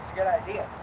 good idea.